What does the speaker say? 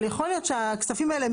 אבל יכול להיות שהכספים האלה,